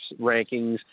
rankings